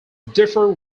differ